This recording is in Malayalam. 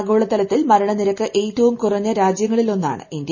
ആഗോളതലത്തിൽ മരണ നിരക്ക് ഏറ്റവും കുറഞ്ഞ രാജ്യങ്ങളിലൊന്നാണ് ഇന്ത്യ